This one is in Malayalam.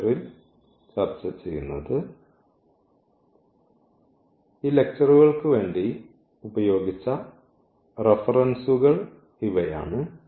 ലെക്ച്ചറുകൾക്ക് വേണ്ടി ഉപയോഗിച്ച റഫറൻസുകൾ ഇവയാണ്